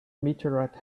meteorite